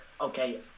okay